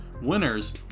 Winners